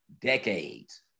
decades